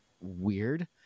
weird